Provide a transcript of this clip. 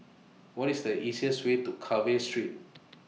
What IS The easiest Way to Carver Street